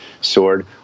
sword